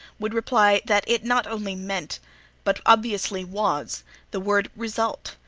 would reply that it not only meant but obviously was the word result,